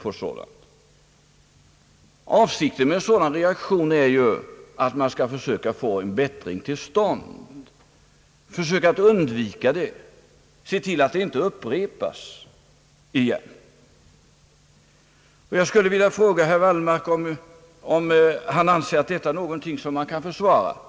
Och avsikten med reaktionen är att söka få en bättring till stånd, undvika en upprepning. Jag skulle vilja fråga herr Wallmark, om han anser att det inträffade är någonting som man kan försvara.